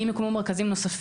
אם הוא כמו מרכזים נוספים,